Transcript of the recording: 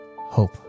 hope